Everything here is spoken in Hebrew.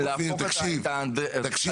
תקשיב.